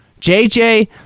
JJ